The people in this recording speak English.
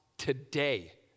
Today